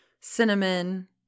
cinnamon